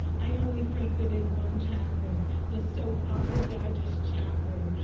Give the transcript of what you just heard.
i only frequented one chat room the soap opera digest chat room.